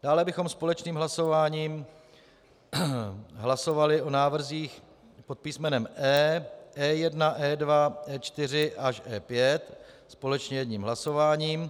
Dále bychom společným hlasováním hlasovali o návrzích pod písmenem E E1, E2, E4 až E5 společně jedním hlasováním.